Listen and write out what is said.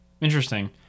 interesting